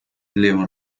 levo